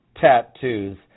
tattoos